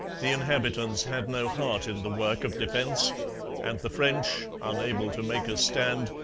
the inhabitants had no heart in the work of defence and the french, unable to make a stand,